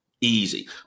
easy